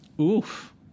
Oof